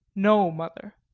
no, mother.